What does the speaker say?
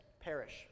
Perish